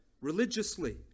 religiously